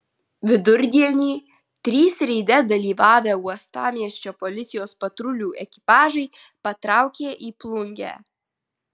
vidurdienį trys reide dalyvavę uostamiesčio policijos patrulių ekipažai patraukė į plungę